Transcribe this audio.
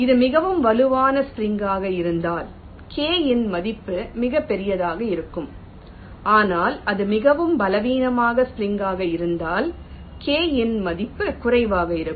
இது மிகவும் வலுவான ஸ்ப்ரிங் காக இருந்தால் k இன் மதிப்பு மிகப் பெரியதாக இருக்கும் ஆனால் அது மிகவும் பலவீனமான ஸ்ப்ரிங் காக இருந்தால் k இன் மதிப்பு குறைவாக இருக்கும்